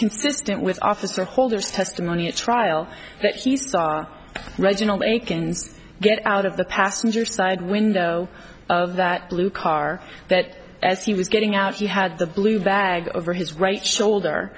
consistent with officer holder's testimony at trial that he saw reginald wakens get out of the passenger side window of that blue car that as he was getting out he had the blue bag over his right shoulder